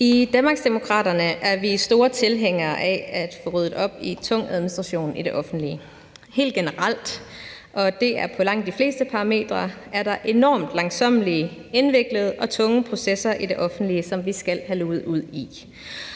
I Danmarksdemokraterne er vi store tilhængere af at få ryddet op i tung administration i det offentlige helt generelt. På langt de fleste parametre er der enormt langsommelige, indviklede og tunge processer i det offentlige, som vi skal have luget ud i.